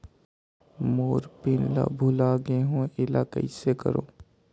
मोर PIN ला भुला गे हो एला कइसे करो?